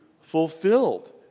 fulfilled